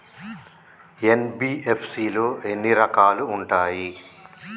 NBFC లో ఎన్ని రకాలు ఉంటాయి?